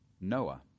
Noah